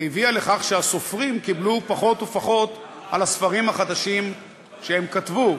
הביאה לכך שהסופרים קיבלו פחות ופחות על הספרים החדשים שהם כתבו,